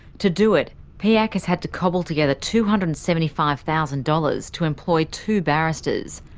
to do it, piac has had to cobble together two hundred and seventy five thousand dollars to employ two barristers.